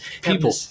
people